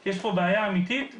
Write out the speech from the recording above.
כי יש פה בעיה אמיתית ומהותית.